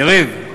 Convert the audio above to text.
יריב,